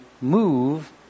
move